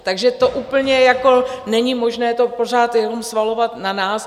Takže to úplně jako není možné to pořád jenom svalovat na nás.